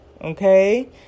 Okay